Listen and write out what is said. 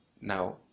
now